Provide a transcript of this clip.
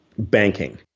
Banking